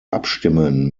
abstimmen